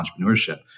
Entrepreneurship